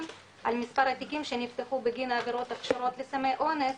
על מספר התיקים שנפחו בגין העבירות הקשורות לסמי אונס,